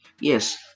yes